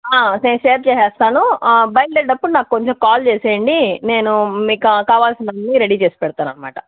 నేను షేర్ చేస్తాను బయల్దేరేటప్పుడు నాకు కొంచెం కాల్ చేసెయ్యండి నేను మీకు కావాల్సినవన్నీ రెడీ చేసి పెడతానన్నమాట